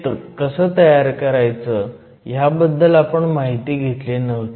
ते कसं तयार करायचं ह्याबद्दल आपण माहिती घेतली नव्हती